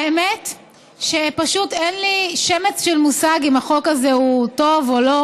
האמת שפשוט אין לי שמץ של מושג אם החוק הזה הוא טוב או לא,